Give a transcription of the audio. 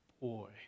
Boy